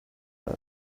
that